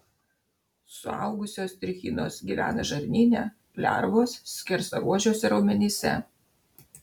suaugusios trichinos gyvena žarnyne lervos skersaruožiuose raumenyse